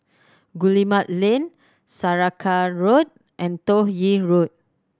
Guillemard Lane Saraca Road and Toh Yi Road